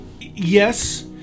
Yes